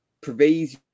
pervades